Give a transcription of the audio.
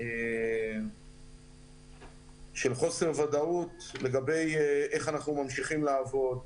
של חוסר ודאות לגבי המשך עבודתנו,